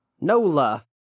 Nola